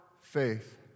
faith